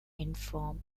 inform